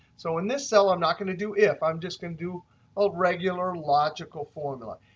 so in this cell i'm not going to do if, i'm just going to do a regular logical formula.